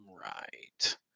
Right